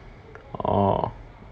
orh